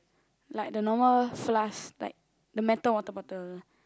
like the normal flask like the metal water bottle